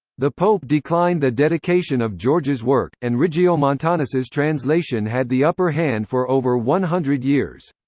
the pope declined the dedication of george's work, and regiomontanus's translation had the upper hand for over one hundred years.